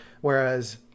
Whereas